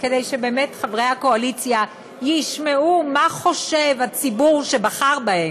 כדי שחברי הקואליציה ישמעו מה חושב באמת הציבור שבחר בהם.